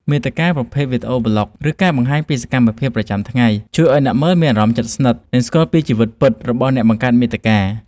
មាតិកាប្រភេទ វីដេអូប្លុក ឬការបង្ហាញពីសកម្មភាពប្រចាំថ្ងៃ ជួយឱ្យអ្នកមើលមានអារម្មណ៍ជិតស្និទ្ធ និងស្គាល់ពីជីវិតពិតរបស់អ្នកបង្កើតមាតិកា។